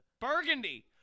Burgundy